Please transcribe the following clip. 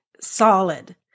solid